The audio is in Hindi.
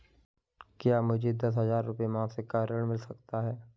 क्या मुझे दस हजार रुपये मासिक का ऋण मिल सकता है?